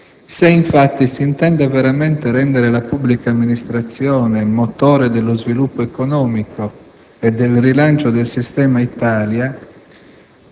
Se, infatti, si intende veramente rendere la pubblica amministrazione motore dello sviluppo economico e del rilancio del «sistema Italia»,